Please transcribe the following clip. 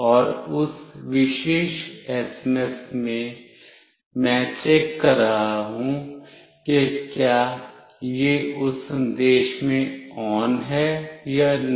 और उस विशेष एसएमएस में मैं चेक कर रहा हूं कि क्या यह उस संदेश में ON है या नहीं